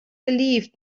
believed